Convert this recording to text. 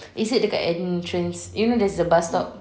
is it dekat entrance you know there's the bus stop